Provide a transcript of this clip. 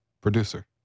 Producer